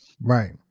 Right